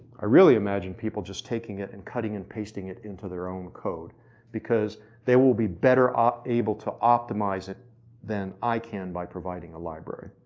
i really imagine people just taking it, and cutting and pasting it into their own code because they will be better um able to optimize it then i can by providing a library.